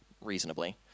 reasonably